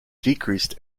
decreased